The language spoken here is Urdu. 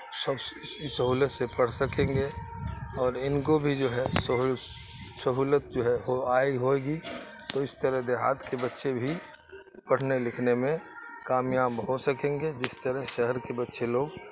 سب سہولت سے پڑھ سکیں گے اور ان کو بھی جو ہے سہولت جو ہے ہو آئی ہوئے گی تو اس طرح دیہات کے بچے بھی پڑھنے لکھنے میں کامیاب ہو سکیں گے جس طرح شہر کے بچے لوگ